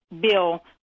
bill